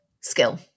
skill